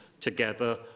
together